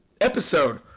episode